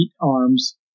arms